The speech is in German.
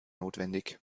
notwendig